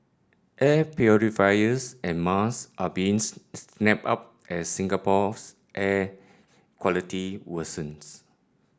air purifiers and mask are being snapped up as Singapore's air quality worsens